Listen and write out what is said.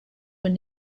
were